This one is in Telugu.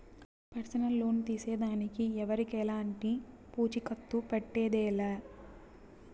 పర్సనల్ లోన్ తీసేదానికి ఎవరికెలంటి పూచీకత్తు పెట్టేదె లా